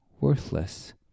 worthless